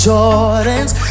Jordans